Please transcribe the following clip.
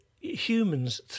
Humans